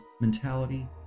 mentality